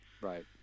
Right